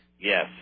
Yes